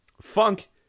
Funk